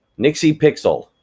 nixie pixel,